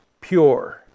pure